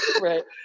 Right